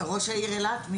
ראש העיר אילת.